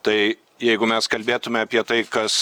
tai jeigu mes kalbėtume apie tai kas